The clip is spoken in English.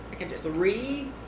three